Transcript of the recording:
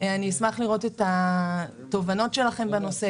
אני אשמח לראות את התובנות שלכם בנושא,